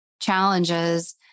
challenges